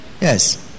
Yes